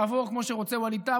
יעבור כמו שרוצה ווליד טאהא,